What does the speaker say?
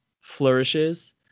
flourishes